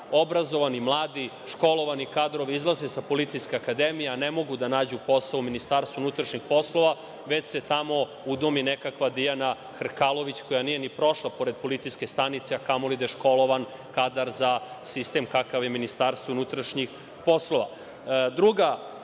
obrazovani mladi, školovani kadrovi izlaze sa Policijske akademije, a ne mogu da nađu posao u Ministarstvu unutrašnjih poslova, već se tamo udomi nekakva Dijana Hrkalović, koja nije ni prošla pored policijske stanice, a kamoli da je školovan kadar za sistem kakav je Ministarstvo unutrašnjih poslova. Druga